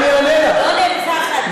לא נרצח אדם?